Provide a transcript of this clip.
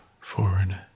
forward